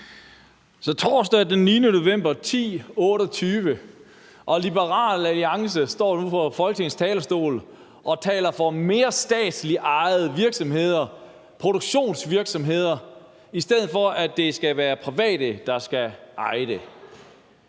er torsdag den 9. november kl. 10.28, og Liberal Alliance står nu fra Folketingets talerstol og taler for mere statsligt ejerskab af produktionsvirksomheder, i stedet for at det skal være private, der skal eje dem.